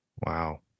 Wow